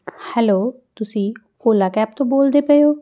hello ਤੁਸੀਂ Ola cab ਤੋਂ ਬੋਲਦੇ ਪਏ ਹੋ